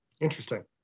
interesting